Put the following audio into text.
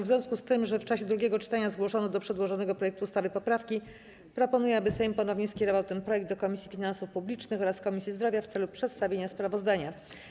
W związku z tym, że w czasie drugiego czytania zgłoszono do przedłożonego projektu ustawy poprawki, proponuję, aby Sejm ponownie skierował ten projekt do Komisji Finansów Publicznych oraz Komisji Zdrowia w celu przedstawienia sprawozdania.